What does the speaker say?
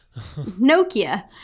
Nokia